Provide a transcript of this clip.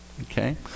Okay